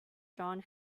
john